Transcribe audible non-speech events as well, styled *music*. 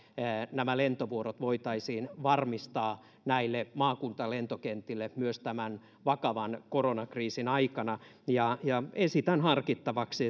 lentovuorot voitaisiin varmistaa maakuntalentokentille myös tämän vakavan koronakriisin aikana esitän harkittavaksi *unintelligible*